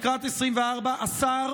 לקראת 2024. השר,